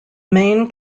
main